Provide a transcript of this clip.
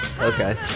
Okay